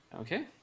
Okay